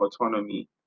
autonomy